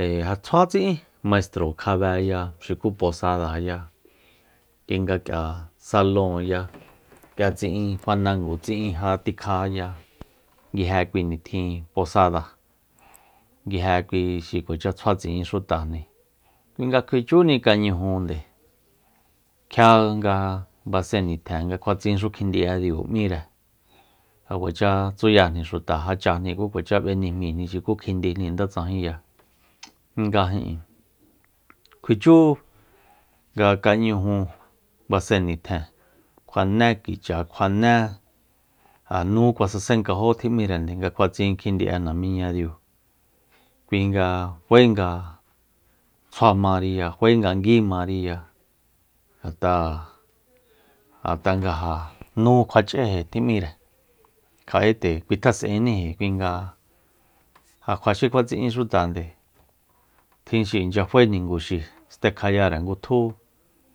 ee ja tsjua tsi'in maistro kjabeya xuku posadaya kui nga k'ia salóonya k'ia tsi'in fanango tsi'in ja tikjaya nguije kui nitjin posada nguije kui xi kuacha tjua tsi'in xutajni kui nga kjuichúni kañujunde kjia nga basen nitjen nga kjuatsinxu kjindi'ediu m'íre ja kuacha tsuyajni xuta jáchájni ku kuacha b'enijmíjni xuku kjindijni ndetsajinya nga ijin kjuichú nga kañuju besen nitjen kjuané kicha kjuané ja nú kuasasenkajó tjim'írende nga kjua tsin kjindi'e namíña diu kui nga faenga tsjuamariya fae nga nguímariya ngat'a- ngat'a nga ja nú kjua ch'eji tjim'íre kja'e nde kuitjas'enniji kui nga ja- ja kjua xi kjua tsi'in xutande tjin xi inchyafae niguxi stekjayare ngutjú